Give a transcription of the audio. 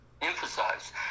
Emphasize